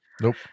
Nope